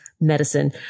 medicine